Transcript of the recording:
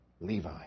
Levi